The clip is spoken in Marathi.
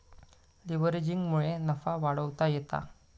लीव्हरेजिंगमुळे नफा वाढवता येता